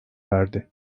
verdi